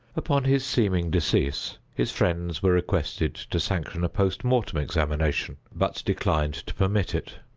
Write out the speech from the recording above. upon his seeming decease, his friends were requested to sanction a post-mortem examination, but declined to permit it.